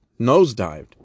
nosedived